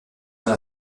dans